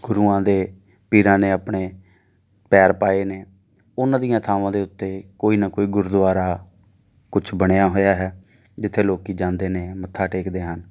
ਗੁਰੂਆਂ ਦੇ ਪੀਰਾਂ ਨੇ ਆਪਣੇ ਪੈਰ ਪਾਏ ਨੇ ਉਹਨਾਂ ਦੀਆਂ ਥਾਵਾਂ ਦੇ ਉੱਤੇ ਕੋਈ ਨਾ ਕੋਈ ਗੁਰਦੁਆਰਾ ਕੁਛ ਬਣਿਆ ਹੋਇਆ ਹੈ ਜਿੱਥੇ ਲੋਕ ਜਾਂਦੇ ਨੇ ਮੱਥਾ ਟੇਕਦੇ ਹਨ